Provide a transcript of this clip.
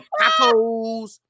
tacos